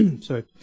Sorry